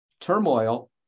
turmoil